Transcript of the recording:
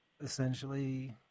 essentially